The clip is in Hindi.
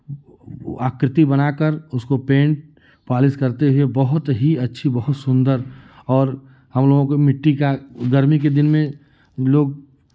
आकृति बना कर उसको पैंट पॉलिश करते ही बहुत ही अच्छी बहुत सुंदर और हम लोगों को मिट्टी का गर्मी के दिन में लोग